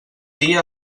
dia